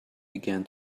began